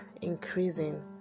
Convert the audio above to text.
increasing